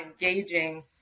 engaging